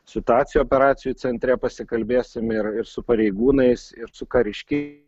situacijų operacijų centre pasikalbėsim ir ir su pareigūnais ir su kariškiai